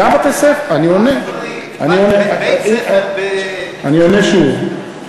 גם בתי-ספר, נגיד בית-ספר, אני עונה שוב: